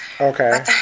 Okay